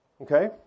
okay